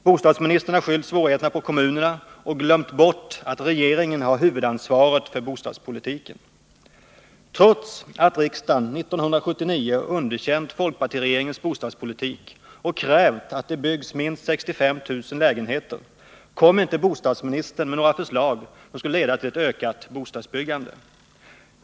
Bostadsministern har skyllt svårigheterna på kommunerna och glömt bort att regeringen har huvudansvaret för bostadspolitiken. Trots att riksdagen 1979 underkände folkpartiregeringens bostadspolitik och krävde att det byggs minst 65 000 lägenheter kom inte bostadsministern med några förslag som skulle leda till ett ökat bostadsbyggande.